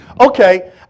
okay